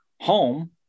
Home